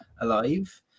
alive